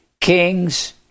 kings